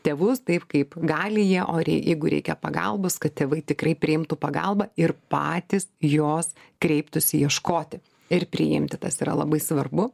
tėvus taip kaip gali jie oriai jeigu reikia pagalbos kad tėvai tikrai priimtų pagalbą ir patys jos kreiptųsi ieškoti ir priimti tas yra labai svarbu